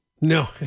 No